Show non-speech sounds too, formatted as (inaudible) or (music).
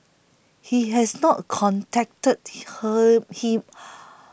he has not contacted (noise) her he